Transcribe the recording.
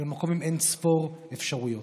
למקום עם אין-ספור אפשרויות.